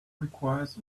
requires